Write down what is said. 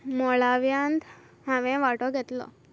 मेळाव्यांत हांवें वांटो घेतलो